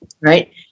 right